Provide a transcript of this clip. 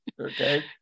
okay